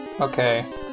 Okay